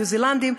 ניו-זילנדים.